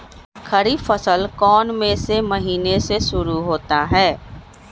खरीफ फसल कौन में से महीने से शुरू होता है?